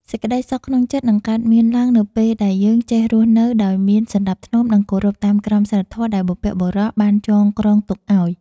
សេចក្តីសុខក្នុងចិត្តនឹងកើតមានឡើងនៅពេលដែលយើងចេះរស់នៅដោយមានសណ្តាប់ធ្នាប់និងគោរពតាមក្រមសីលធម៌ដែលបុព្វបុរសបានចងក្រងទុកឱ្យ។